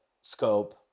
scope